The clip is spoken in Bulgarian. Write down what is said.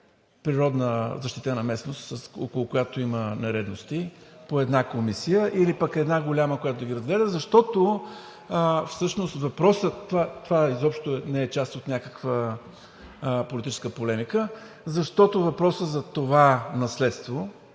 природна защитена местност, около която има нередности, по една комисия, или пък една голяма, която да ги разгледа? Това изобщо не е част от някаква политическа полемика, защото въпросът за това наследство,